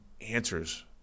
answers